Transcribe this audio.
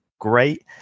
great